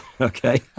Okay